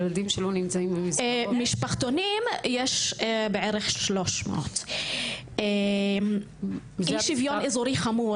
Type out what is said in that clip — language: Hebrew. משפחתונים יש בערך 300. אי שוויון אזורי חמור.